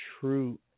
true